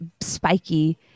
spiky